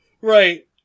Right